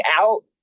out